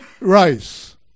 rice